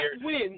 win